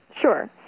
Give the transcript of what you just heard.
Sure